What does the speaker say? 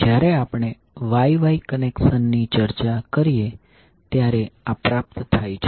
જ્યારે આપણે Y Y connection ની ચર્ચા કરીએ ત્યારે આ પ્રાપ્ત થાય છે